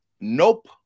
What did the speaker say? Nope